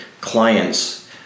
clients